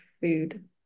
food